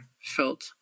felt